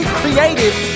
creative